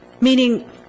meaning